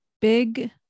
big